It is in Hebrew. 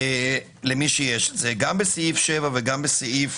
גם בסעיף 7 וגם בסעיף